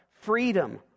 Freedom